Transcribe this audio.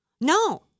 No